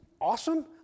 awesome